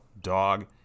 dog